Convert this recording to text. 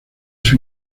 sus